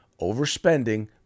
overspending